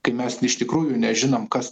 kai mes iš tikrųjų nežinom kas